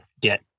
get